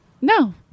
No